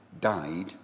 died